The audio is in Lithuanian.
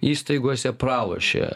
įstaigose pralošė